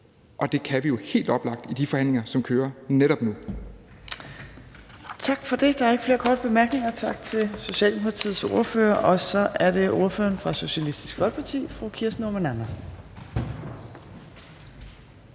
Og det kan vi jo helt oplagt i de forhandlinger, som kører netop nu.